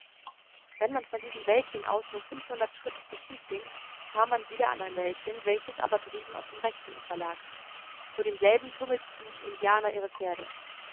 wenn man von diesem wäldchen aus nur fünfhundert schritte zu fuße ging kam man wieder an ein wäldchen welches aber drüben auf dem rechten ufer lag vor demselben tummelten indianer ihre pferde